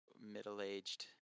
middle-aged